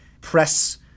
press